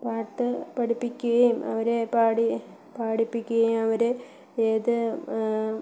പാട്ട് പഠിപ്പിക്കുകയും അവരെ പാടി പാടിപ്പിക്കുകയും അവരെ ഏത്